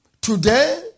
Today